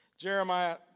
Jeremiah